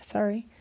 Sorry